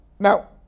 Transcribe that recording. Now